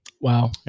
Wow